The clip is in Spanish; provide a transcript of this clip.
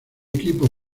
equipo